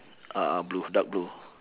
a'ah blue dark blue